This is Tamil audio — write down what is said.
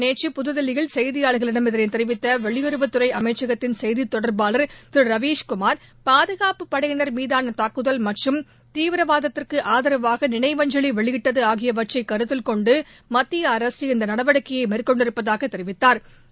நேற்று புதுதில்லியில் செய்தியாளர்களிடம் இதனைத் தெரிவித்த வெளியுறவு அமைச்சகத்தின் செய்தி தொடர்பாள திரு ரவிஸ்குமார் பாதுகாப்புப் படையினர் மீதான தாக்குதல் மற்றும் தீவிரவாதத்துக்கு ஆதரவாக நினைவஞ்சவி வெளியிட்டது ஆகியவற்றை கருத்தில் கொண்டு மத்திய அரசு இந்த நடவடிக்கையை மேற்கொண்டிருப்பதாகத் தெரிவித்தாா்